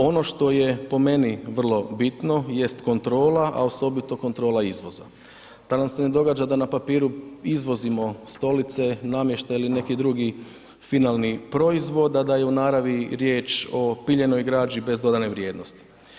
Ono što je po meni vrlo bitno jest kontrola, a osobito kontrola izvoza da nam se ne događa da na papiru izvozimo stolice, namještaj ili neki drugi finalni proizvod, a da je u naravi riječ o piljenoj građi bez dodane vrijednosti.